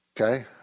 okay